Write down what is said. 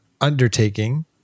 undertaking